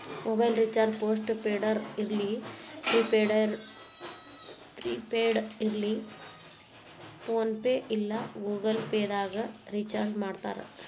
mobile recharge post ಪೇಡರ ಇರ್ಲಿ prepaid ಇರ್ಲಿ ಫೋನ್ಪೇ ಇಲ್ಲಾ ಗೂಗಲ್ ಪೇದಾಗ್ ರಿಚಾರ್ಜ್ಮಾಡ್ತಾರ